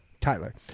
Tyler